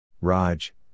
Raj